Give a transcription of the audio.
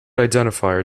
identifier